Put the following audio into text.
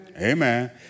Amen